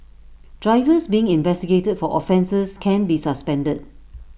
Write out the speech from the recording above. drivers being investigated for offences can be suspended